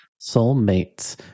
Soulmates